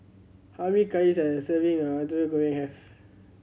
how many calorie does serving of Goreng have